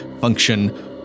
function